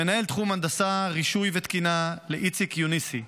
למנהל תחום הנדסה, רישוי ותקינה איציק יוניסי.